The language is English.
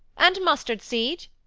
and mustardseed!